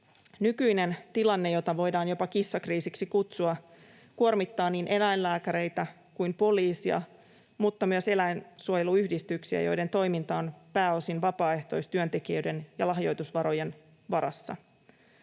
Nykyinen tilanne, jota voidaan jopa kissakriisiksi kutsua, kuormittaa niin eläinlääkäreitä kuin poliisia mutta myös eläinsuojeluyhdistyksiä, joiden toiminta on pääosin vapaaehtoistyöntekijöiden ja lahjoitusvarojen varassa.